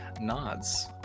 Nods